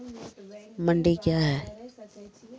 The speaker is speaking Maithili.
मंडी क्या हैं?